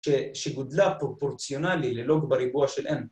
ש.. שגודלה פרופורציונלי ללוג בריבוע של n.